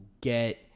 get